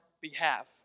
behalf